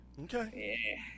Okay